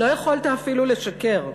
לא יכולת אפילו לשקר,